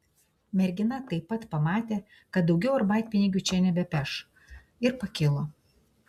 mergina taip pat pamatė kad daugiau arbatpinigių čia nebepeš ir pakilo